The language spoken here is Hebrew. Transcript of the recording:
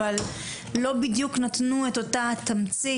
אבל לא בדיוק נתנו את אותה תמצית.